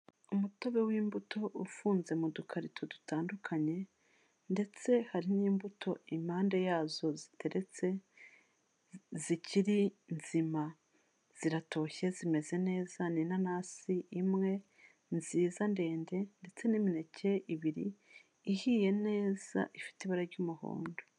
Umutobe w'imbuto ufunze mu dukarito dutandukanye ndetse hari n'imbuto impande yazo ziteretse zikiri nzima, ziratoshye zimeze neza ni inanasi imwe nziza ndende ndetse n'imineke ibiri ihiye neza, ifite ibara ry'umuhondo.